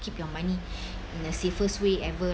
keep your money in a safest way ever